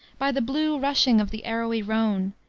by the blue rushing of the arrowy rhone,